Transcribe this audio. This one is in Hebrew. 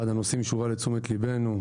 אחד הנושאים שהובא לתשומת ליבנו הוא,